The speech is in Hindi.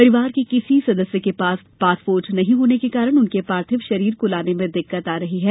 परिवार के किसी सदस्य के पास पासपोर्ट नहीं होने के कारण उनके पार्थिव शरीर को लाने में दिक्कत आ रही है